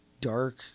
dark